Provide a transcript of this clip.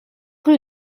rue